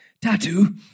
Tattoo